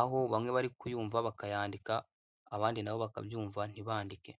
aho bamwe bari kuyumva bakayandika abandi na bo bakabyumva ntibandike.